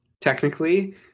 technically